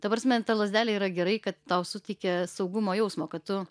ta prasme ta lazdelė yra gerai kad tau suteikia saugumo jausmo kad tu